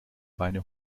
beine